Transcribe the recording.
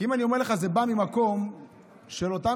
כי אני אומר לך שזה בא ממקום של אותה